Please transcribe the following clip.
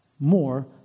more